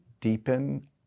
deepen